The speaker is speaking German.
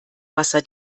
wasser